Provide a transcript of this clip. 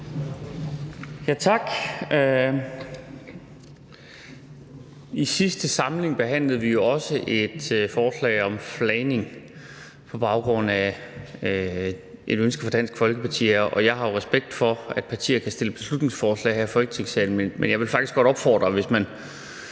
(V): Tak. I sidste samling behandlede vi jo også et forslag om flagning på baggrund af et ønske fra Dansk Folkeparti, og jeg har respekt for, at partier kan fremsætte beslutningsforslag her i Folketingssalen. Men hvis man vil have